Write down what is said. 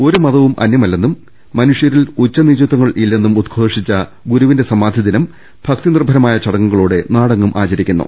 ഒരുമതവും അന്യമല്ലെന്നും മനുഷ്യരിൽ ഉച്ചനീചത്വങ്ങളില്ലെന്നും ഉദ്ഘോഷിച്ച ഗുരു വിന്റെ സമാധിദിനം ഭക്തിനിർഭരമായ ചടങ്ങുകളോടെ നാടെങ്ങും ആചരി ക്കുന്നു